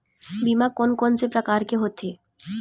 बीमा कोन कोन से प्रकार के होथे?